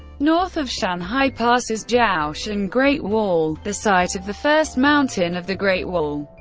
north of shanhai pass is jiaoshan great wall, the site of the first mountain of the great wall.